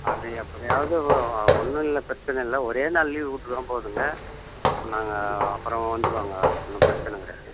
அது எப்படியாவது ஒன்றும் இல்லை பிரச்சனை இல்லை ஒரே நாள் லீவு கொடுத்துட்டா போதுங்க நாங்கள் அப்புறம் வந்துடுவாங்க ஒன்றும் பிரச்சனை கிடையாது